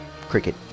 cricket